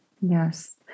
yes